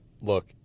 Look